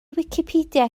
wicipedia